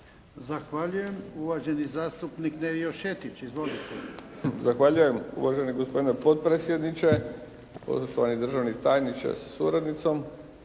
Zahvaljujem. Uvaženi zastupnik Nevio Šetić. Izvolite. **Šetić, Nevio (HDZ)** Zahvaljujem uvaženi gospodine potpredsjedniče, poštovani državni tajniče sa suradnicom,